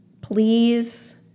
please